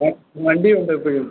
ആ വണ്ടിയുണ്ട് എപ്പോഴും